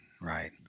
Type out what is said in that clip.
right